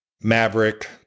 maverick